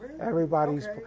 everybody's